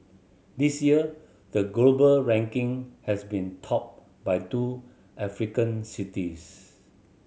this year the global ranking has been topped by two African cities